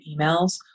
emails